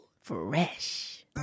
fresh